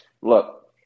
Look